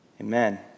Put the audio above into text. amen